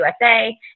USA